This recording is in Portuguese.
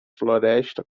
floresta